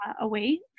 away